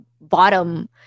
bottom